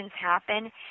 happen